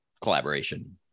collaboration